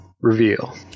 Reveal